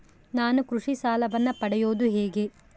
ನಾನು ಕೃಷಿ ಸಾಲವನ್ನು ಪಡೆಯೋದು ಹೇಗೆ?